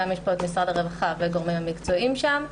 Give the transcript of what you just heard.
את משרד הרווחה והגורמים המקצועיים שם.